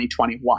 2021